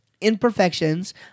imperfections